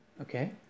Okay